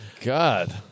God